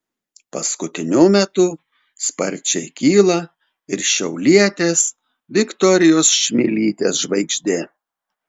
paskutiniu metu sparčiai kyla ir šiaulietės viktorijos čmilytės žvaigždė